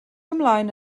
ymlaen